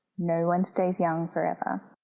no one stays young forever.